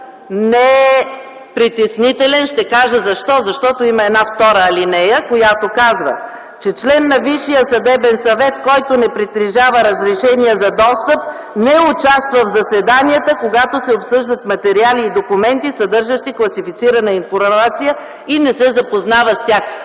не е притеснителен и ще кажа защо – защото има една втора алинея, която казва, че член на Висшия съдебен съвет, който не притежава разрешение за достъп, не участва в заседанията, когато се обсъждат материали и документи, съдържащи класифицирана информация и не се запознава с тях,